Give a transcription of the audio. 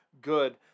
good